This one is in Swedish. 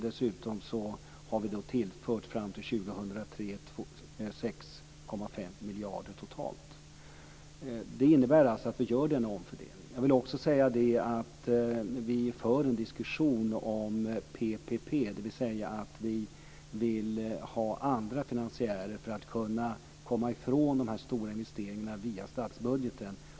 Dessutom har vi fram till 2003 tillfört 6,5 miljarder totalt. Det innebär alltså att vi gör denna omfördelning. Jag vill också säga att vi för en diskussion om PPP, dvs. att vi vill ha andra finansiärer för att kunna komma ifrån de här stora investeringarna via statsbudgeten.